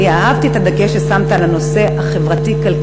אהבתי את הדגש ששמת על הנושא החברתי-כלכלי,